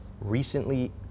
recently